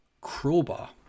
Crowbar